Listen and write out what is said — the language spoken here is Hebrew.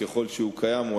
ככל שהם קיימים,